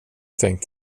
tänkt